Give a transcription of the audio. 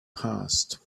passed